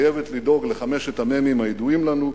חייבת לדאוג לחמשת המ"מים הידועים לנו,